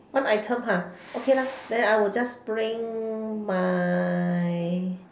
one items ah okay lah then I will just bring my